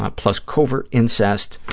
ah plus covert incest.